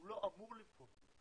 הוא לא אמור לבכות,